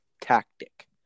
tactic